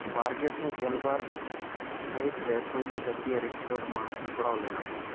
ᱵᱟᱨᱜᱮᱥᱟᱭ ᱜᱮᱞᱵᱟᱨ ᱥᱟᱹᱦᱤᱛᱨᱮ ᱯᱳᱭᱞᱳ ᱡᱟᱹᱛᱭᱟᱹᱨᱤ ᱠᱷᱮᱞᱳᱰ ᱢᱟᱦᱟ ᱥᱟᱯᱲᱟᱣ ᱞᱮᱱᱟ